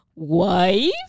wife